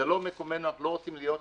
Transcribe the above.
זה לא מקומנו, אנחנו לא רוצים להיות שם.